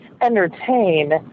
entertain